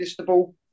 listable